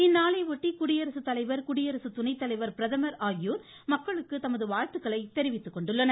இந்நாளையொட்டி குடியரசு தலைவர் குடியரசு துணை தலைவர் பிரதமர் ஆகியோர் மக்களுக்கு தமது வாழ்த்துக்களை தெரிவித்துக்கொண்டுள்ளார்